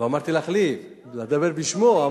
להחליף את שר השיכון,